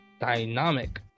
dynamic